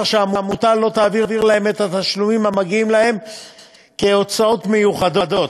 שהעמותה לא תעביר להם את התשלומים המגיעים להן כהוצאות מיוחדות,